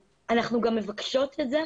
אנחנו גם מבקשות את זה.